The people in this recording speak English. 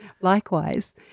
Likewise